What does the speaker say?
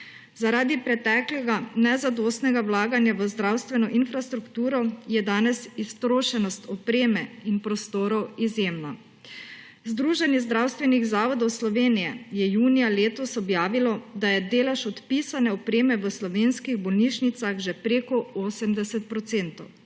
Zaradi preteklega nezadostnega vlaganja v zdravstveno infrastrukturo je danes iztrošenost opreme in prostorov izjemna. Združenje zdravstvenih zavodov Slovenije je junija letos objavilo, da je delež odpisane opreme v slovenskih bolnišnicah že več kot 80 %.